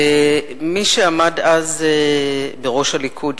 מי שעמד אז בראש הליכוד,